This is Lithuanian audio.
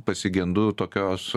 pasigendu tokios